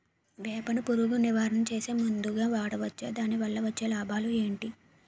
వేప ను పురుగు నివారణ చేసే మందుగా వాడవచ్చా? దాని వల్ల వచ్చే లాభాలు ఏంటి?